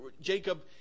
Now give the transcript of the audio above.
Jacob